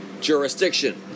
jurisdiction